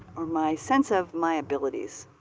or my sense of my abilities.